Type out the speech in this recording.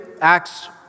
Acts